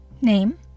Name